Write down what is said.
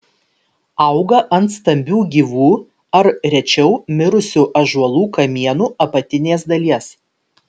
auga ant stambių gyvų ar rečiau mirusių ąžuolų kamienų apatinės dalies